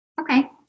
Okay